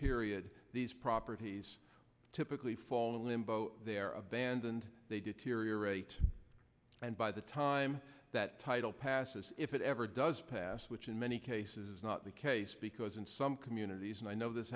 period these properties typically fall in limbo there are abandoned they deteriorate and by the time that title passes if it ever does pass which in many cases is not the case because in some communities and i know this